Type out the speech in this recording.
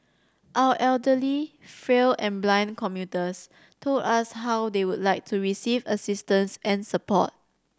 our elderly frail and blind commuters told us how they would like to receive assistance and support